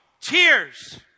tears